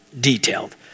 detailed